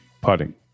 putting